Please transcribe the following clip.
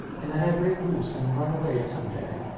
and that i'd break loose and run away some day.